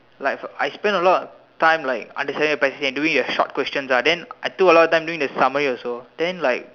like for I spent a lot of time like understanding the passage and doing the short questions ah then I took a lot of time doing the summary also then I